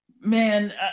Man